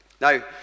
Now